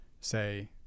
say